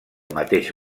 mateix